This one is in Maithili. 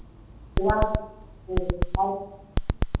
गुलाब हइ ठीक